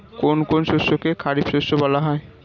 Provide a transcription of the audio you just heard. কোন কোন শস্যকে খারিফ শস্য বলা হয়?